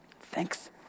Thanks